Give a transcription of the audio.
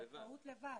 מה לבד?